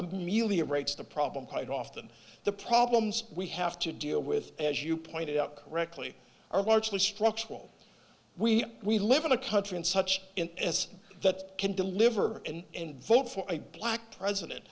ameliorates the problem quite often the problems we have to deal with as you pointed out correctly are largely structural we we live in a country and such as that can deliver and in vote for a black president